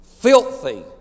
Filthy